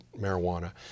marijuana